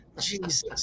Jesus